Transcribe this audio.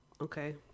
Okay